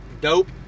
Dope